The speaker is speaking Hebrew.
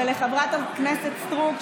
ולחברת הכנסת סטרוק,